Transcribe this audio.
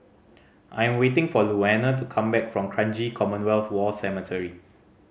I am waiting for Louanna to come back from Kranji Commonwealth War Cemetery